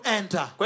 enter